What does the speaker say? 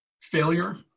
failure